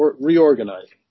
reorganizing